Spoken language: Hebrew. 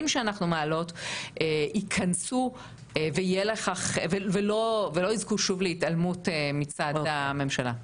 שאנחנו מעלות ייכנסו ולא יזכו שוב להתעלמות מצד הממשלה.